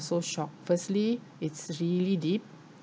so shocked firstly it's really deep